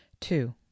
two